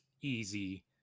easy